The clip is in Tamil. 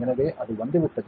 எனவே அது வந்துவிட்டது